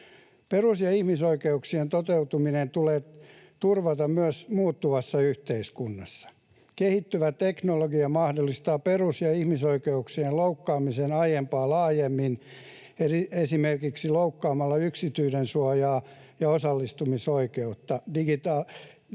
Perus- ja ihmisoikeuksien toteutuminen tulee turvata myös muuttuvassa yhteiskunnassa. Kehittyvä teknologia mahdollistaa perus‑ ja ihmisoikeuksien loukkaamisen aiempaa laajemmin eli esimerkiksi loukkaamalla yksityisyydensuojaa ja osallistumisoikeutta. Digitalisaation